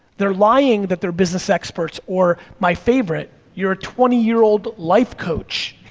they're lying that they're business experts, or my favorite, you're a twenty year old life coach.